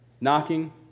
knocking